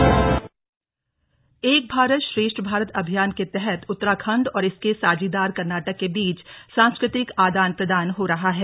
एक भारत श्रेष्ठ भारत एक भारत श्रेष्ठ भारत अभियान के तहत उत्तराखंड और इसके साझीदार कर्नाटक के बीच सांस्कृतिक आदान प्रदान हो रहा है